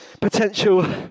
potential